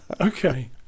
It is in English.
Okay